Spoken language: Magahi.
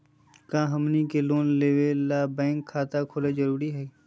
का हमनी के लोन लेबे ला बैंक खाता खोलबे जरुरी हई?